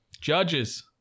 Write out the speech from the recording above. Judges